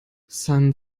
san